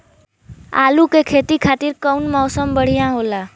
आलू के खेती खातिर कउन मौसम बढ़ियां होला?